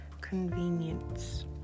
convenience